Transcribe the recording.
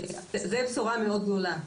זו בשורה מאוד גדולה.